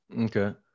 Okay